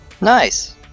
Nice